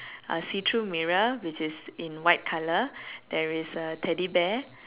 a see through mirror which is in white colour there is a teddy bear